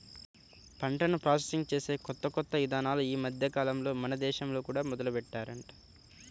పంటను ప్రాసెసింగ్ చేసే కొత్త కొత్త ఇదానాలు ఈ మద్దెకాలంలో మన దేశంలో కూడా మొదలుబెట్టారంట